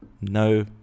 no